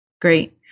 Great